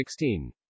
16